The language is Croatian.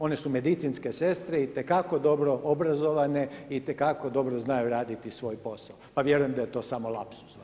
One su medicinske sestre itekako dobro obrazovane i te kako dobro znaju raditi svoj posao, pa vjerujem da je to samo lapsuz … Hvala.